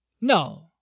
No